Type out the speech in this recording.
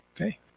Okay